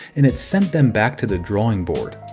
and it sent them back to the drawing board.